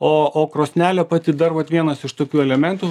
o o krosnelė pati darote vienas iš tokių elementų